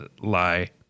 lie